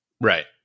Right